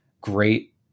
great